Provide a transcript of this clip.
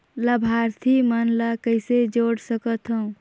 लाभार्थी मन ल कइसे जोड़ सकथव?